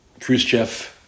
Khrushchev